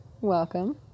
Welcome